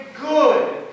good